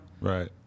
Right